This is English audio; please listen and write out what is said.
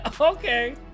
okay